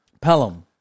Pelham